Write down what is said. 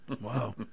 Wow